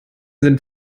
sind